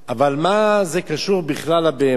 אבל מה זה קשור בכלל לבהמה?